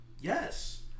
Yes